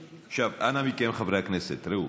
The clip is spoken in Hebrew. עכשיו, אנא מכם, חברי הכנסת, ראו,